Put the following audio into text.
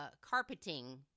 carpeting